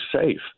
safe